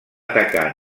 atacar